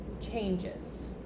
changes